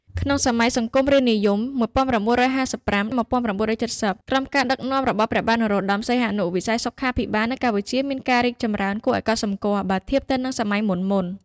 ក្នុងសម័យសង្គមរាស្រ្តនិយម ១៩៥៥-១៩៧០ ក្រោមការដឹកនាំរបស់ព្រះបាទនរោត្តម សីហនុ វិស័យសុខាភិបាលនៅកម្ពុជាមានការរីកចម្រើនគួរឱ្យកត់សម្គាល់ បើធៀបទៅនឹងសម័យមុនៗ។